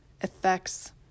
effects